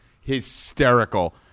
hysterical